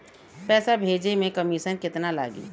पैसा भेजे में कमिशन केतना लागि?